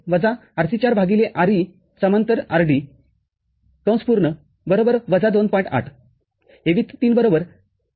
AV ४ Rc ४ Re ।। rd २